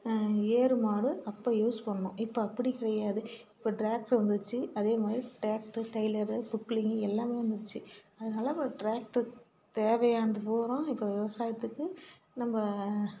ஏர்மாடு அப்போ யூஸ் பண்ணிணோம் இப்போ அப்படி கிடையாது இப்போ ட்ராக்ட்ரு வந்துடுச்சி அதேமாதிரி ட்ராக்ட்ரு டெய்லரு புக்ளிங்கு எல்லாமே வந்துடுச்சி அதனால் இப்போ ட்ராக்டர் தேவையானது பூரா இப்போ விவசாயத்துக்கு நம்ம